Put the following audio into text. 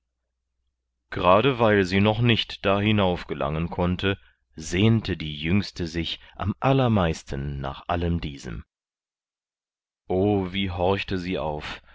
gerade weil sie noch nicht da hinauf gelangen konnte sehnte die jüngste sich am allermeisten nach allem diesem o wie horchte sie auf